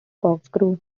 corkscrew